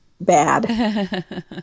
bad